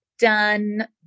done